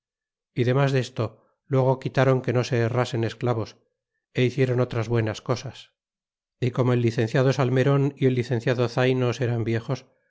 y demas desto luego quitron que no se herrasen esz clavos y hicieron otras buenas cosas y como el licenciado salmeron y ellicen ciado zaynos eran viejos